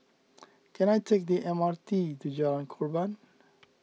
can I take the M R T to Jalan Korban